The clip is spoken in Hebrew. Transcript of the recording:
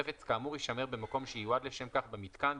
חפץ כאמור יישמר במקום שייועד לשם כך במיתקן,